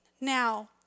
Now